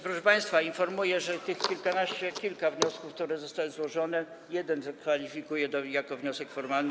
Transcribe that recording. Proszę państwa, informuję, że z tych kilkunastu, kilku wniosków, które zostały złożone, jeden kwalifikuję jako wniosek formalny.